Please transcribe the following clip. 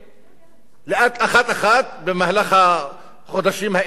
אחד-אחד, במהלך החודשים האלה, גם לפני וגם,